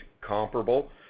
comparable